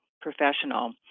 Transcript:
professional